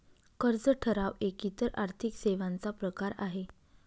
कर्ज ठराव एक इतर आर्थिक सेवांचा प्रकार आहे